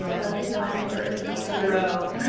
um leslie fine burg is my hero?